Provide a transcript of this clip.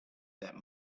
that